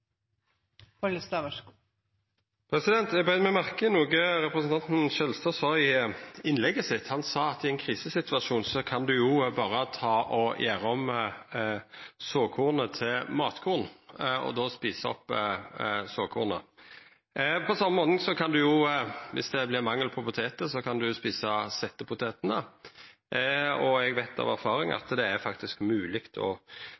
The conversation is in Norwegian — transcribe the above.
sa i innlegget sitt. Han sa at i ein krisesituasjon kan ein berre ta å gjera om såkornet til matkorn og då eta opp såkornet. På same måten kan ein dersom det vert mangel på potetar, eta settepotetane, og eg veit av erfaring at det faktisk er mogleg både å